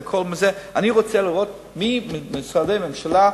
אבל אני רוצה לראות מי במשרדי הממשלה,